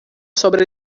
sobre